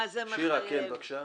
שירה בבקשה.